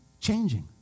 changing